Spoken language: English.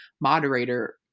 moderator